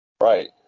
Right